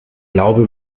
glauben